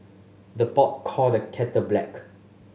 the pot call the kettle black